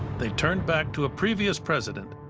they turned back to a previous president,